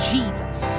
Jesus